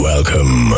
Welcome